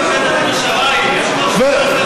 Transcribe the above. בית הדין השרעי יש משהו, ולכן,